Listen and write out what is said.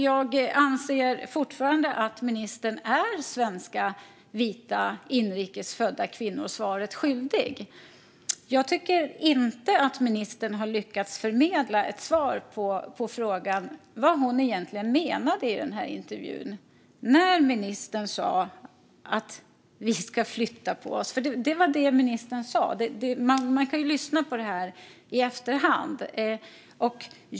Jag anser fortfarande att ministern är svenska, vita och inrikes födda kvinnor svaret skyldig. Jag tycker inte att ministern har lyckats förmedla ett svar på frågan vad hon egentligen menade i den här intervjun när hon sa att vi ska flytta på oss. Det var det ministern sa; man kan lyssna på det i efterhand.